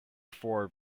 four